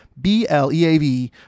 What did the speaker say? BLEAV